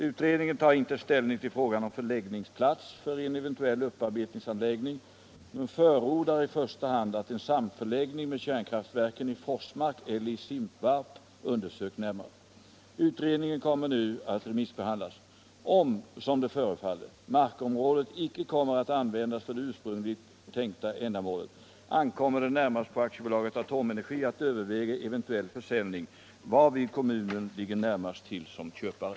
Utredningen tar inte ställning till frågan om förläggningsplats för en eventuell upparbetningsanläggning men förordar i första hand att en samförläggning med kärnkraftverken i Forsmark eller i Simpvarp undersöks närmare. Utredningen kommer nu att remissbehandlas. Om, som det förefaller, markområdet icke kommer att användas för det ursprungligt tänkta ändamålet, ankommer det närmast på AB Atomenergi att överväga eventuell försäljning, varvid kommunen ligger närmast till som köpare.